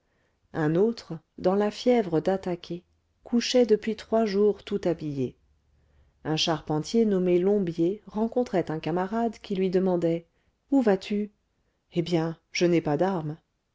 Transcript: un autre dans la fièvre d'attaquer couchait depuis trois jours tout habillé un charpentier nommé lombier rencontrait un camarade qui lui demandait où vas-tu eh bien je n'ai pas d'armes